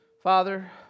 Father